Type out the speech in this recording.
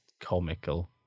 comical